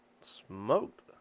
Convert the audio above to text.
smoked